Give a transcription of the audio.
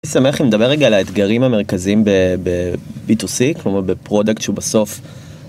אני שמח אם נדבר רגע על האתגרים המרכזיים ב-B2C, כלומר בפרודקט שהוא בסוף